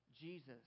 Jesus